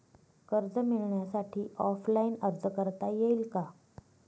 कर्ज मिळण्यासाठी ऑफलाईन अर्ज करता येईल का?